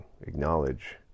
acknowledge